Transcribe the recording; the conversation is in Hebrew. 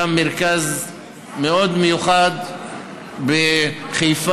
היה מרכז מאוד מיוחד בחיפה,